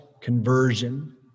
conversion